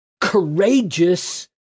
courageous